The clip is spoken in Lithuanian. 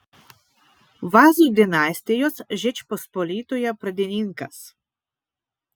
vazų dinastijos žečpospolitoje pradininkas